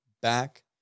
back